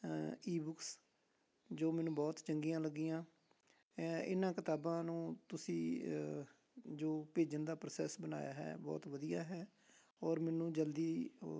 ebooks ਜੋ ਮੈਨੂੰ ਬਹੁਤ ਚੰਗੀਆਂ ਲੱਗੀਆਂ ਇਹਨਾਂ ਕਿਤਾਬਾਂ ਨੂੰ ਤੁਸੀਂ ਜੋ ਭੇਜਣ ਦਾ ਪ੍ਰੋਸੈਸ ਬਣਾਇਆ ਹੈ ਬਹੁਤ ਵਧੀਆ ਹੈ ਔਰ ਮੈਨੂੰ ਜਲਦੀ